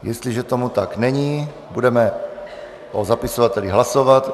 Jestliže tomu tak není, budeme o zapisovatelích hlasovat.